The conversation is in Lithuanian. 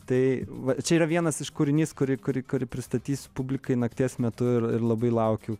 tai va čia yra vienas iš kūrinys kurį kurį kurį pristatysiu publikai nakties metu ir labai laukiu